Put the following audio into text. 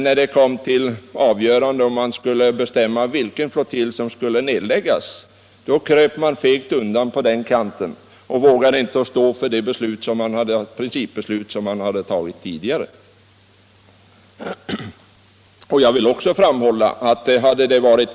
När vi skulle bestämma vilken flottilj som skulle läggas ned kröp man fegt undan på den kanten och vågade inte stå för det principbeslut som man tidigare hade tagit.